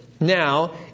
now